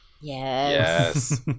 Yes